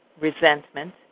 resentment